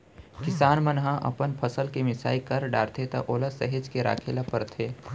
किसान मन ह अपन फसल के मिसाई कर डारथे त ओला सहेज के राखे ल परथे